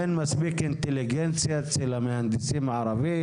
כי אין מספיק אינטליגנציה אצל המהנדסים הערבים?